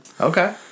Okay